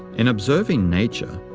in observing nature,